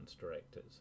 directors